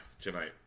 tonight